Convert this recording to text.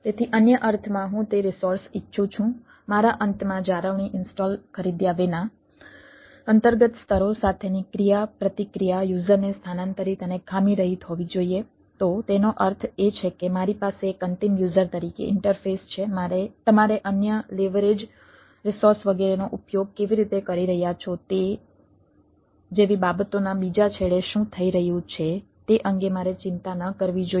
તેથી અન્ય અર્થમાં હું તે રિસોર્સ ઇચ્છું છું મારા અંતમાં જાળવણી ઇન્સ્ટોલ રિસોર્સ વગેરેનો ઉપયોગ કેવી રીતે કરી રહ્યા છો તે જેવી બાબતોના બીજા છેડે શું થઈ રહ્યું છે તે અંગે મારે ચિંતા ન કરવી જોઈએ